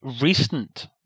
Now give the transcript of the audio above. recent